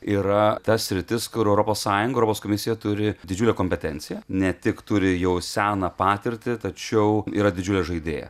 yra ta sritis kur europos sąjungos europos komisija turi didžiulę kompetenciją ne tik turi jau seną patirtį tačiau yra didžiulė žaidėja